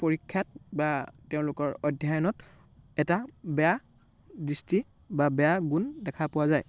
পৰীক্ষাত বা তেওঁলোকৰ অধ্যয়নত এটা বেয়া দৃষ্টি বা বেয়া গুণ দেখা পোৱা যায়